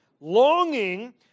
longing